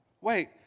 Wait